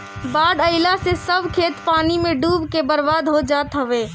बाढ़ आइला से सब खेत पानी में डूब के बर्बाद हो जात हवे